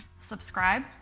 subscribe